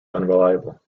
unreliable